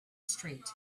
street